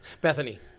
Bethany